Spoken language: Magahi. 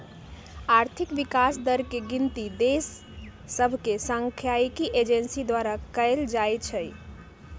आर्थिक विकास दर के गिनति देश सभके सांख्यिकी एजेंसी द्वारा कएल जाइ छइ